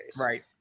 Right